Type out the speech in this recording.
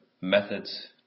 methods